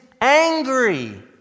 angry